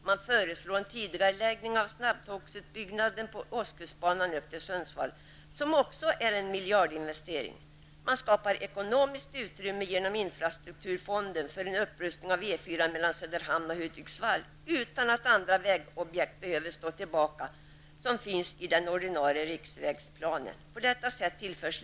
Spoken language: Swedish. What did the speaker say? Det föreslås en tidigareläggning av snabbtågsutbyggnaden på ostkustbanan upp till Sundsvall, vilket även det är en miljardinvestering. Man skapar ekonomiskt utrymme genom infrastrukturfonden för upprustning av E 4 mellan Söderhamn och Hudiksvall, utan att andra vägobjekt som finns i den ordinarie riksvägsplanen behöver stå tillbaka.